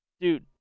Dude